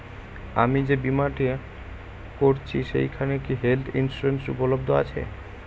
আমি যে বীমাটা করছি সেইখানে কি হেল্থ ইন্সুরেন্স উপলব্ধ আছে?